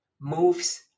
moves